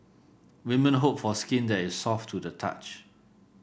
women hope for skin that is soft to the touch